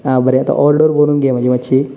आं बरें ऑर्डर बरोवन घे माजी मात्शीं